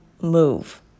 move